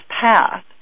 path